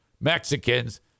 Mexicans